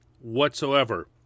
whatsoever